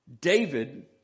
David